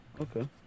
Okay